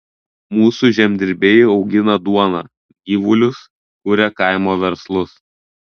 mūsų žemdirbiai augina duoną gyvulius kuria kaimo verslus